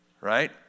right